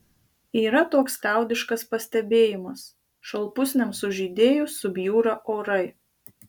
yra toks liaudiškas pastebėjimas šalpusniams sužydėjus subjūra orai